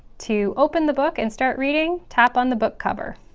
to open the book and start reading, tap on the book cover.